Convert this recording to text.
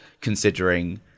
considering